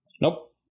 Nope